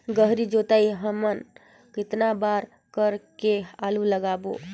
गहरी जोताई हमन कतना बार कर के आलू लगाबो?